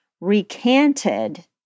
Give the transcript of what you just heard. recanted